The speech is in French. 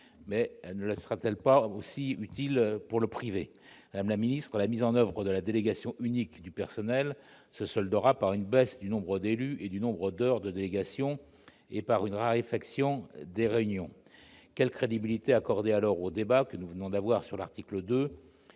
Ne serait-elle pas utile, aussi, dans le secteur privé ? Madame la ministre, la mise en oeuvre de la délégation unique du personnel, la DUP, se soldera par une baisse du nombre d'élus et du nombre d'heures de délégation, et par une raréfaction des réunions. Quelle crédibilité accorder au débat que nous venons d'avoir sur l'article 2